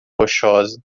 rochosa